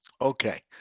Okay